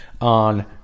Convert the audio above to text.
on